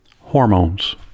hormones